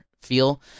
feel